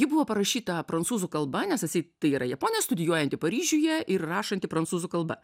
ji buvo parašyta prancūzų kalba nes atseit tai yra japonė studijuojanti paryžiuje ir rašanti prancūzų kalba